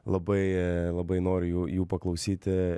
labai labai noriu jų jų paklausyti